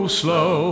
slow